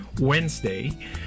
wednesday